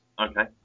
Okay